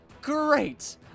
Great